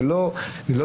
זה לא בכדי.